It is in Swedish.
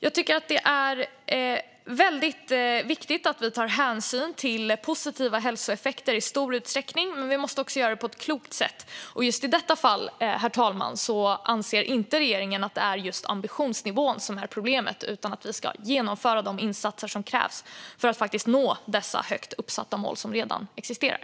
Jag tycker att det är väldigt viktigt att vi tar hänsyn till positiva hälsoeffekter i stor utsträckning, men vi måste också göra det på ett klokt sätt. Just i detta fall, herr talman, anser inte regeringen att det är ambitionsnivån som är problemet utan att vi ska genomföra de insatser som krävs för att nå de högt uppsatta mål som redan existerar.